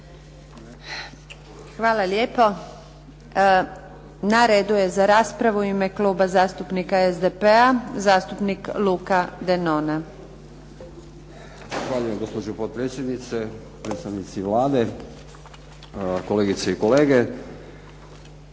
Hvala lijepo. Na redu je za raspravu u ime Kluba zastupnika SDP-a, zastupnik Luka Denona. **Denona, Luka (SDP)** Zahvaljujem. Gospođo potpredsjednice, predstavnici Vlade, kolegice i kolege.